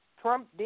Trump